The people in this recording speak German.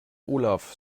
olaf